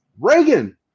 Reagan